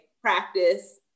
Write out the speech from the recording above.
practice